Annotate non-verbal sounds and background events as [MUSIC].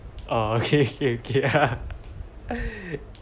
uh okay okay ha [LAUGHS]